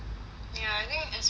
ya I think especially like